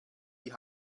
die